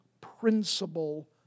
principle